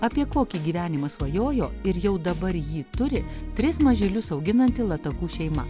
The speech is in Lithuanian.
apie kokį gyvenimą svajojo ir jau dabar jį turi tris mažylius auginanti latakų šeima